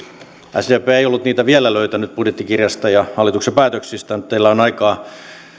sdp ei ollut niitä vielä löytänyt budjettikirjasta ja hallituksen päätöksistä nyt teillä on aikaa